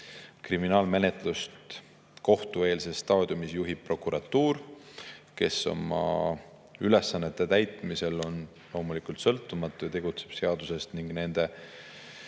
Kriminaalmenetlust juhib kohtueelses staadiumis prokuratuur, kes oma ülesannete täitmisel on loomulikult sõltumatu ja tegutseb seadustest ning nende